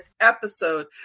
episode